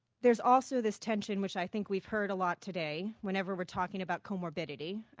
there's also this tension which i think we've heard a lot today whenever we're talking about co-morbidity,